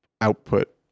output